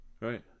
Right